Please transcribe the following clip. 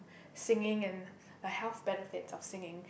singing and a health benefit of singing